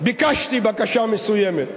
ביקשתי בקשה מסוימת,